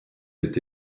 aient